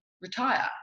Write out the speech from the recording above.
retire